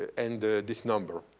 and ah this number.